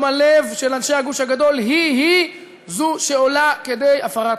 הלב של אנשי הגוש הגדול היא-היא זו שעולה כדי הפרת חוזה.